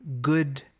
good